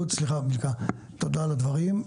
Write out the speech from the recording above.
תודה על הדברים.